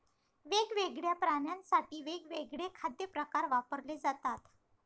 वेगवेगळ्या प्राण्यांसाठी वेगवेगळे खाद्य प्रकार वापरले जातात